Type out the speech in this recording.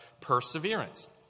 perseverance